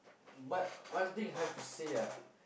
but one thing I have to say lah